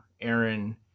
Aaron